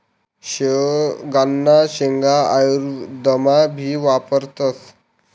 शेवगांना शेंगा आयुर्वेदमा भी वापरतस